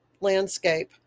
landscape